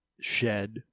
shed